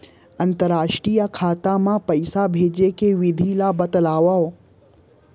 अंतरराष्ट्रीय खाता मा पइसा भेजे के विधि ला बतावव?